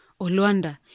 Oluanda